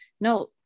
no